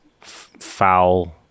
foul